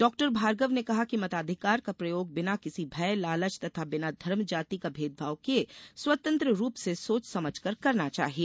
डॉ भार्गव ने कहा कि मताधिकार का प्रयोग बिना किसी भय लालच तथा बिना धर्म जाति का भेदभाव किये स्वतंत्र रूप से सोच समझ कर करना चाहिए